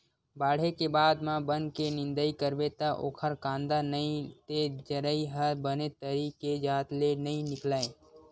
बाड़हे के बाद म बन के निंदई करबे त ओखर कांदा नइ ते जरई ह बने तरी के जात ले नइ निकलय